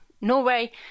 Norway